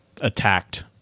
attacked